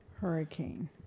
hurricane